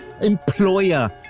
employer